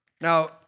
Now